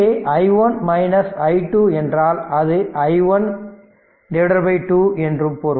இங்கே i1 i2 என்றால் அது i1 by 2 என்றும் பொருள்